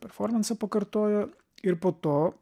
performansą pakartojo ir po to